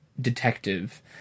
detective